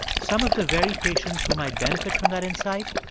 some of the very patients who might benefit from that insight,